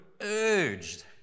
urged